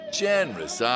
generous